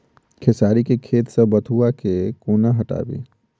खेसारी केँ खेत सऽ बथुआ केँ कोना हटाबी